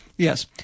Yes